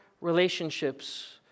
relationships